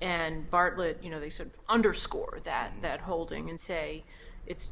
and bartlet you know they said to underscore that that holding and say it's